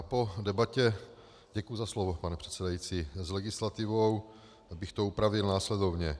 Po debatě děkuji za slovo, pane předsedající s legislativou bych to upravil následovně.